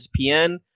ESPN